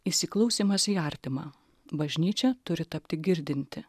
įsiklausymas į artimą bažnyčia turi tapti girdinti